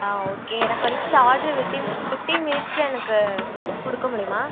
ஆ okay எனக்கு வந்து இந்த ஆடர் வித்தின் ஃபிஃப்டின் மினிட்ஸில் எனக்கு கொடுக்க முடியுமா